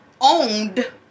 owned